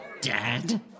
Dad